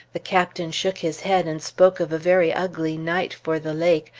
the captain shook his head and spoke of a very ugly night for the lake,